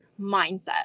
mindset